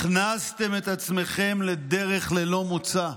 הכנסתם את עצמכם לדרך ללא מוצא.